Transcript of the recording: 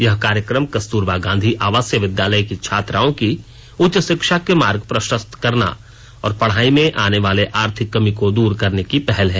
यह कार्यक्रम कस्तूरबा गांधी आवासीय विद्यालय की छात्राओं की उच्च शिक्षा के मार्ग प्रशस्त करना और पढ़ाई में आनेवाले आर्थिक कमी को दूर करने की पहल है